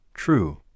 True